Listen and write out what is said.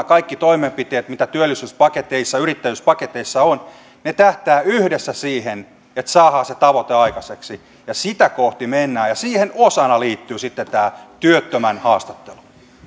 kaikki toimenpiteet mitä työllisyyspaketeissa ja yrittäjyyspaketeissa on tähtäävät yhdessä siihen että saadaan se tavoite aikaiseksi sitä kohti mennään ja siihen osana liittyy sitten tämä työttömän haastattelu